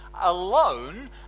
alone